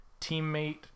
teammate